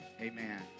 Amen